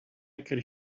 could